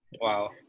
Wow